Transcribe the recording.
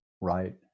Right